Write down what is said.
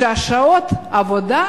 ששעות העבודה